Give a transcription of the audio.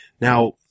Now